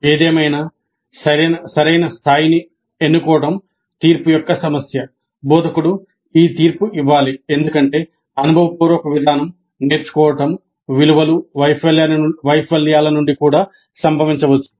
ఏదేమైనా సరైన స్థాయిని ఎన్నుకోవడం తీర్పు యొక్క సమస్య బోధకుడు ఈ తీర్పు ఇవ్వాలి ఎందుకంటే అనుభవపూర్వక విధానం నేర్చుకోవడం విలువలు వైఫల్యాల నుండి కూడా సంభవించవచ్చు